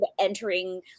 entering